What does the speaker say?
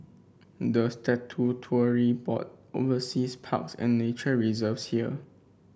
the statutory board oversees parks and nature reserves here